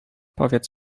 powiedz